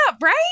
right